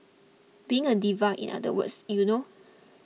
being a diva in other words you know